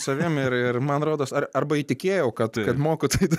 savim ir ir man rodos ar arba įtikėjau kad kad moku tai daryt